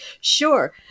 Sure